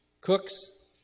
Cooks